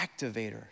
activator